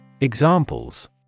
Examples